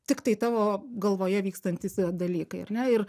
tiktai tavo galvoje vykstantys dalykai ar ne ir